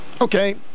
okay